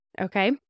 Okay